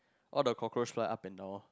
all the cockroach fly up and down